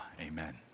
Amen